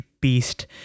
beast